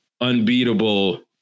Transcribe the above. unbeatable